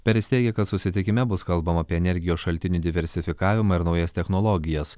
peris teigia kad susitikime bus kalbama apie energijos šaltinių diversifikavimą ir naujas technologijas